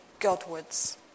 Godwards